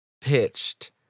pitched